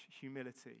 humility